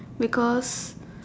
because